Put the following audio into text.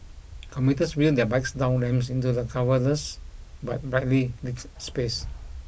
commuters wheel their bikes down ramps into the cavernous but brightly lit space